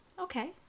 Okay